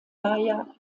baja